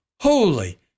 holy